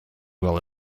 well